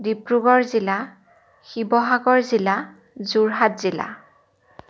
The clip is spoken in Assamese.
ডিব্ৰুগড় জিলা শিৱসাগৰ জিলা যোৰহাট জিলা